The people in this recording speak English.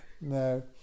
no